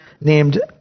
named